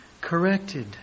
Corrected